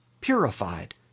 purified